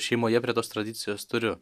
šeimoje prie tos tradicijos turiu